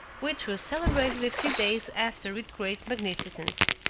which was celebrated a few days after with great magnificence.